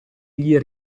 gli